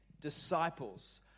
disciples